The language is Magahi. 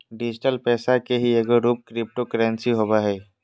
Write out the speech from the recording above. डिजिटल पैसा के ही एगो रूप क्रिप्टो करेंसी होवो हइ